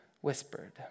whispered